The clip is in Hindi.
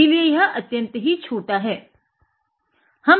इसीलिए यह अत्यंत ही छोटा है